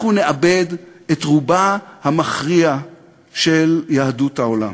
אנחנו נאבד את רובה המכריע של יהדות העולם.